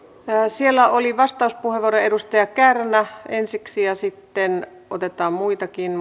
siellä oli vastauspuheenvuoropyyntöjä edustaja kärnä ensiksi ja sitten otetaan muitakin